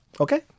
okay